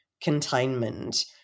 containment